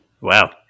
Wow